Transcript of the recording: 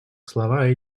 слова